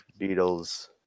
Beatles